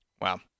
Wow